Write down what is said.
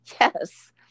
yes